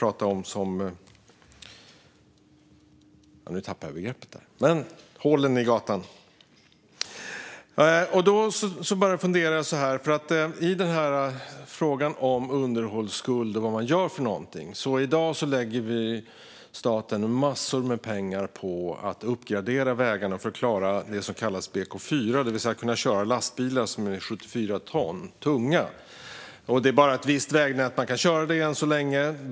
Just nu kommer jag inte ihåg begreppet. När det gäller frågan om underhållsskuld och vad man gör lägger staten i dag massor med pengar på att uppgradera vägarna för att klara det som kallas för BK4, det vill säga att det ska gå att köra lastbilar som är 74 ton tunga. Sådana lastbilar kan bara köras på ett visst vägnät.